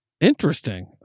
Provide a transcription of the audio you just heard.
Interesting